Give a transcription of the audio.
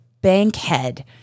Bankhead